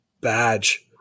Badge